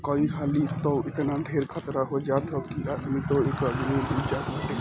कई हाली तअ एतना ढेर खतरा हो जात हअ कि आदमी तअ एकदमे डूब जात बाटे